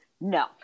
No